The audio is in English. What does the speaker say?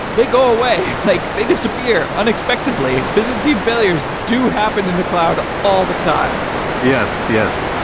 they go away, like they disappear unexpectedly. because deep failures do happen in the cloud all the time yes, yes.